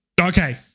Okay